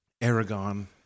Aragon